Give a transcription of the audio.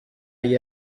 agli